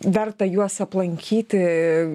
verta juos aplankyti